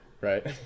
right